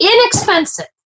inexpensive